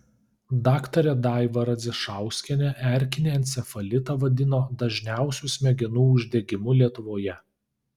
daktarė daiva radzišauskienė erkinį encefalitą vadino dažniausiu smegenų uždegimu lietuvoje